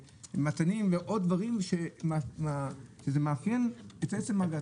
מטענים ועוד דברים שמאפיינים את עצם הגעתו.